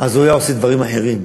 היה עושה דברים אחרים.